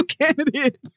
candidate